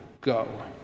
go